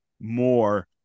more